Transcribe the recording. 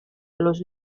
los